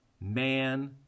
man